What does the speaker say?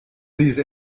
these